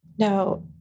Now